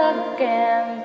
again